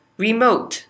remote